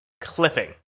Clipping